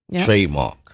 trademark